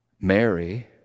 Mary